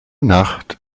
nacht